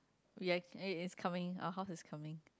we actually eh it's coming our house is coming